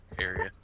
area